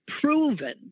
proven